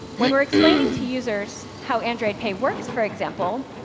when we're explaining to users how android pay works, for example,